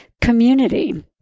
community